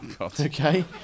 Okay